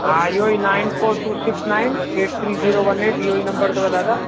हा इहेई nine four two six nine eight three zero one eight इहेई number अथव दादा